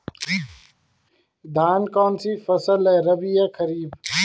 धान कौन सी फसल है रबी या खरीफ?